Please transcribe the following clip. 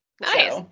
nice